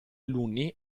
alunni